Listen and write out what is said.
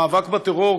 המאבק בטרור,